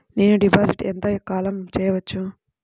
నేను డిపాజిట్ ఎంత కాలం చెయ్యవచ్చు?